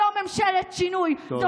זו לא ממשלת שינוי, תודה.